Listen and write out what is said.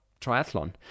triathlon